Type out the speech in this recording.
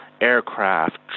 aircraft